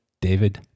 David